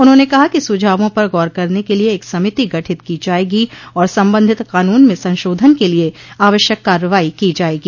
उन्होंने कहा कि सुझावों पर गौर करने के लिए एक समिति गठित की जायेगी और संबंधित कानून में संशोधन के लिए आवश्यक कार्रवाई की जायेगी